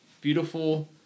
beautiful